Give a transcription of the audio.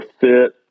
fit